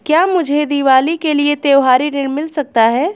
क्या मुझे दीवाली के लिए त्यौहारी ऋण मिल सकता है?